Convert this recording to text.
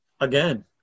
again